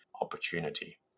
opportunity